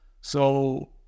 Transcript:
So-